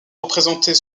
représenter